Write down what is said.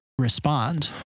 respond